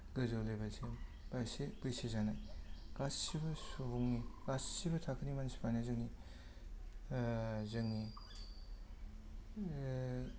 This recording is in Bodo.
गोजौ लेबेल सिम बा एसे बैसो जानाय गासैबो सुबुंनि गासैबो थाखोनि मानसिफ्रानो जोंनि जोंनि